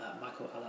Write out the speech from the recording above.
Michael